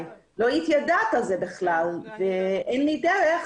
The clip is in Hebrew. לא הייתי יודעת על זה בכלל ואין לי דרך